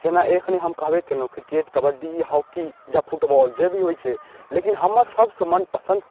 जेना एखने हम कहबे केलहुँ किरकेट कबड्डी हॉकी या फुटबॉल जे भी होइ छै लेकिन हमर सबसँ मनपसन्द